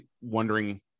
wondering